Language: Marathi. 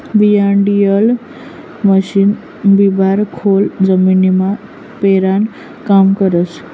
बियाणंड्रील मशीन बिवारं खोल जमीनमा पेरानं काम करस